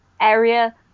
area